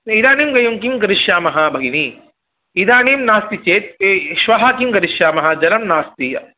इदानीं वयं किं करिष्यामः भगिनी इदानीं नास्ति चेत् श्वः किं करिष्यामः जलं नास्ति